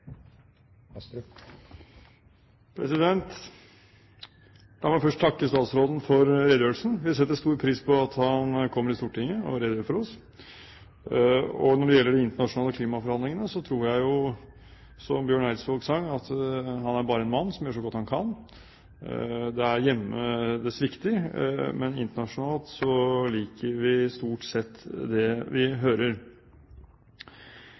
La meg først takke statsråden for redegjørelsen. Vi setter stor pris på at han kommer til Stortinget og redegjør for oss, og når det gjelder de internasjonale klimaforhandlingene, tror jeg, som Bjørn Eidsvåg sang, at han «e bare ein mann som gjør så godt han kan». Det er hjemme det svikter, men internasjonalt liker vi stort sett det vi